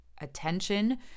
attention